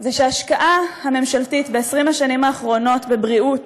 זה שההשקעה הממשלתית ב-20 השנים האחרונות בבריאות